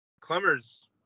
Clemmer's